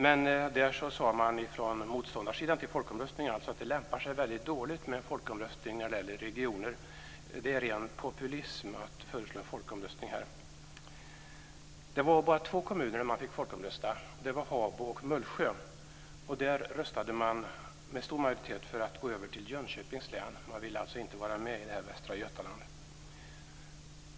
Men där sade man från den sida som var motståndare till en folkomröstning att det lämpar sig väldigt dåligt med folkomröstning när det gäller regioner, att det är ren populism att föreslå en folkomröstning. I bara två kommuner fick man folkomrösta, nämligen i Habo och Mullsjö. Där röstade man med en stor majoritet för att gå över till Jönköpings län. Man ville alltså inte vara med i Västra Götaland.